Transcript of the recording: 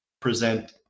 present